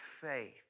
faith